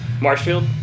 Marshfield